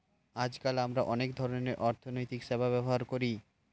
আজকাল আমরা অনেক ধরনের অর্থনৈতিক সেবা ব্যবহার করি